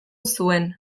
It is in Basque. zuen